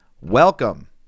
Welcome